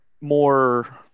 more